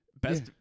Best